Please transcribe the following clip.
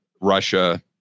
Russia